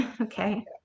okay